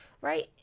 right